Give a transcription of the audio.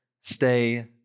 stay